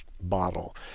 bottle